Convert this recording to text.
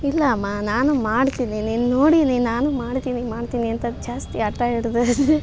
ಇಲ್ಲ ಅಮ್ಮ ನಾನು ಮಾಡ್ತೀನಿ ನಿನ್ನ ನೋಡಿನಿ ನಾನು ಮಾಡ್ತೀನಿ ಮಾಡ್ತೀನಿ ಅಂತ ಜಾಸ್ತಿ ಹಟ ಹಿಡ್ದು